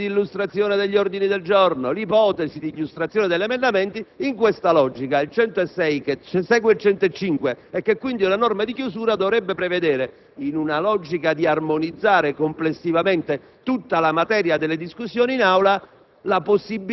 l'ipotesi di illustrazione degli ordini del giorno e degli emendamenti, in questa logica, l'articolo 106, che segue l'articolo 105, e che quindi è una norma di chiusura, dovrebbe prevedere, in una logica di armonizzare complessivamente tutta la materia delle discussioni in Aula,